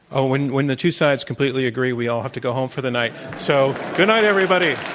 oh, when when the two sides completely agree, we all have to go home for the night. so, good night, everybody.